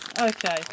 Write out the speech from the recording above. okay